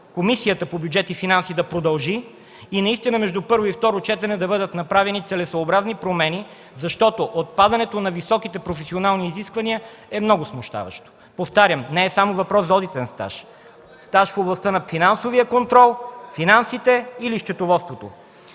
Комисията по бюджет и финанси и между първо и второ четене да бъдат направени целесъобразни промени, защото отпадането на високите професионални изисквания е много смущаващо, повтарям, въпросът не е само за одитен стаж, стаж в областта на финансовия контрол, финансите или счетоводството.